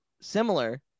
Similar